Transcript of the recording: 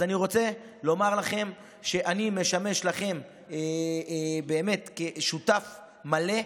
אני רוצה לומר לכם שאני משמש לכם באמת שותף מלא.